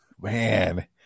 man